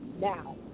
Now